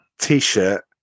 t-shirt